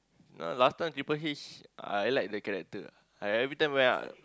know last time Triple-H I like the character ah I every time when